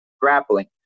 grappling